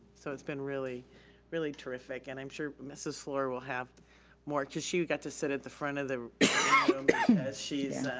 so it's been really really terrific and i'm sure mrs. fluor will have more cause she got to sit at the front of the she's